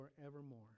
forevermore